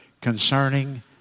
concerning